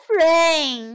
rain